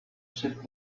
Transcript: sit